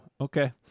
Okay